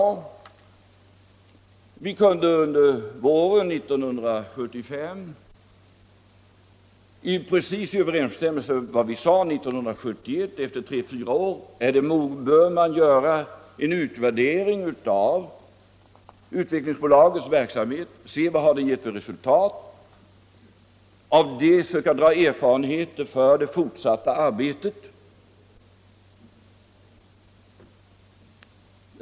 Vi kunde under våren 1975 konstatera precis i överensstämmelse med vad vi sade 1971: Efter tre fyra år bör man göra en utvärdering av Utvecklingsbolagets verksamhet — se vad det gett för resultat och av det dra erfarenheter för det fortsatta arbetet.